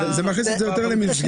זה מכניס את זה יותר למסגרת.